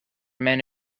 men